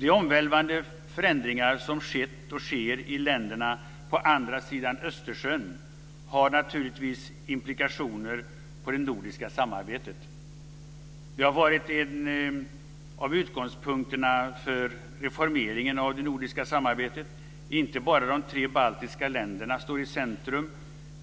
De omvälvande förändringar som har skett, och som sker, i länderna på andra sidan Östersjön har naturligtvis implikationer vad gäller det nordiska samarbetet. Det har varit en av utgångspunkterna för reformeringen av det nordiska samarbetet. Inte bara de tre baltiska länderna står i centrum